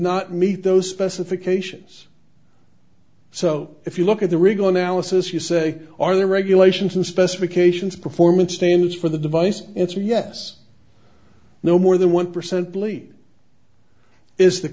not meet those specifications so if you look at the regal analysis you say are there regulations in specifications performance standards for the device it's a yes no more than one percent bleed is the